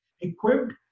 equipped